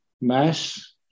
Mass